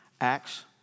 Acts